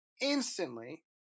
instantly